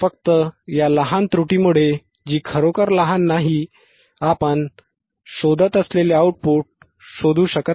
फक्त या लहान त्रुटीमुळे जी खरोखर लहान नाही आपण शोधत असलेले आउटपुट शोधू शकत नाही